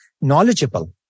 knowledgeable